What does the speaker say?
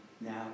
now